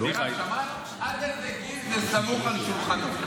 מירב, שמעת, עד איזה גיל זה "סמוך על שולחנו"?